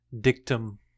dictum